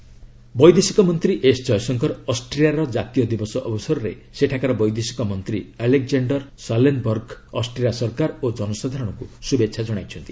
ଜୟଶଙ୍କର ଓ଼ିଶେସ୍ ବୈଦେଶିକ ମନ୍ତ୍ରୀ ଏସ୍ ଜୟଶଙ୍କର ଅଷ୍ଟ୍ରିଆର ଜାତୀୟ ଦିବସ ଅବସରରେ ସେଠାକାର ବୈଦେଶିକ ମନ୍ତ୍ରୀ ଆଲେକ୍ଜାଣ୍ଡର ଶାଲେନବର୍ଗ ଅଷ୍ଟ୍ରିଆର ସରକାର ଓ ଜନସାଧାରଣଙ୍କୁ ଶୁଭେଚ୍ଛା ଜଣାଇଛନ୍ତି